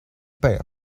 pain